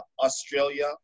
Australia